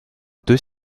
deux